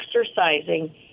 exercising